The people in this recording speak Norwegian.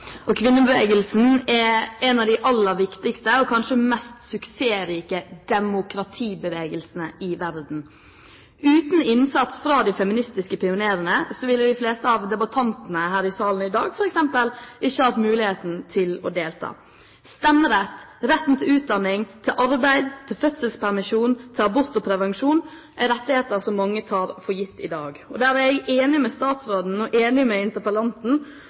en av de aller viktigste og kanskje mest suksessrike demokratibevegelsene i verden. Uten innsats fra de feministiske pionerene ville f.eks. de fleste av debattantene her i salen i dag ikke hatt muligheten til å delta. Stemmerett, retten til utdanning, til arbeid, til fødselspermisjon, til abort og prevensjon er rettigheter som mange tar for gitt i dag. Jeg er enig med statsråden og